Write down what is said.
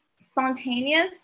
spontaneous